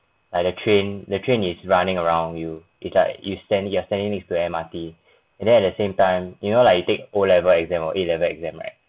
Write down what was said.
like the train the train is running around you it's like you're standing you're standing next to M_R_T and then at the same time you know like you take O level exam or A level exam right